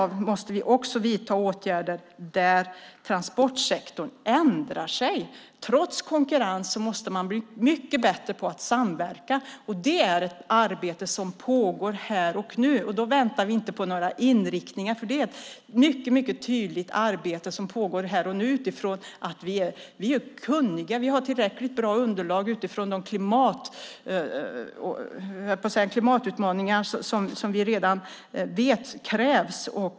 Vi måste också vidta åtgärder där transportsektorn ändrar sig. Trots konkurrens måste man bli mycket bättre på att samverka. Det är ett arbete som pågår här och nu. Vi väntar inte på några inriktningar. Det är ett mycket tydligt arbete som pågår. Vi är kunniga och vi har tillräckligt bra underlag i de klimatutmaningar som finns.